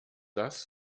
das